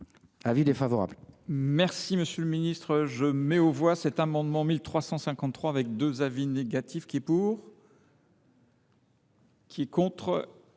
Avis défavorable,